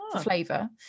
flavor